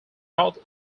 north